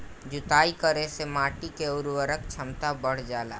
जुताई करे से माटी के उर्वरक क्षमता बढ़ जाला